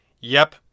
Yep